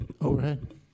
Overhead